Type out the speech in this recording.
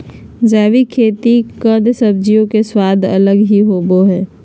जैविक खेती कद सब्जियों के स्वाद अलग ही होबो हइ